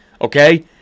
okay